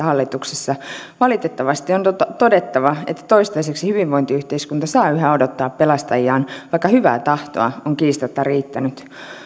hallituksessa valitettavasti on todettava että toistaiseksi hyvinvointiyhteiskunta saa yhä odottaa pelastajiaan vaikka hyvää tahtoa on kiistatta riittänyt